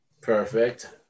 perfect